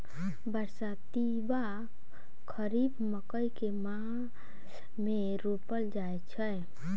बरसाती वा खरीफ मकई केँ मास मे रोपल जाय छैय?